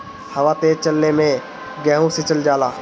हवा तेज चलले मै गेहू सिचल जाला?